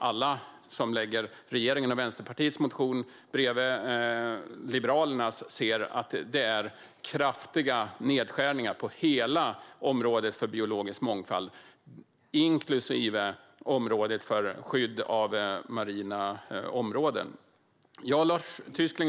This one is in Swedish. Alla som lägger regeringens och Vänsterpartiets förslag bredvid Liberalernas ser att det i Liberalernas förslag är kraftiga nedskärningar på hela området för biologisk mångfald, inklusive området för skydd av marina områden.